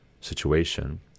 situation